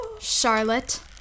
Charlotte